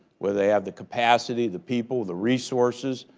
where they have the capacity, the people, the resources,